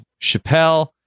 Chappelle